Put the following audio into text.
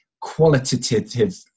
qualitative